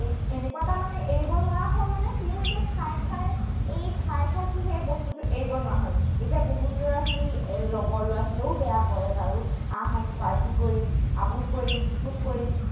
এই এনেকুৱা এটা মানে এৰিব নোৱাৰা হ'ল মানে সিও এতিয়া খাই খাই এই খাই খাই সি সেই বস্তুটো এৰিব নোৱাৰা হ'ল এতিয়া বহুত ল'ৰা ছোৱালী লগৰ ল'ৰা ছোৱালীয়েও বেয়া কৰে বাৰু আহ আজি পাৰ্টি কৰিম আমুক কৰিম ভুচুক কৰিম